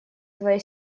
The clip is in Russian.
твоя